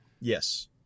Yes